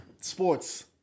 Sports